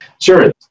Sure